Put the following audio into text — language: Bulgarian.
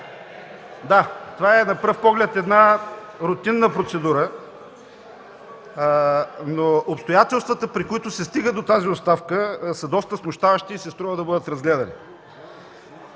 Да, на пръв поглед това е една рутинна процедура, но обстоятелствата, при които се стига до тази оставка, са доста смущаващи и си струва да бъдат разгледани.